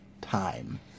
time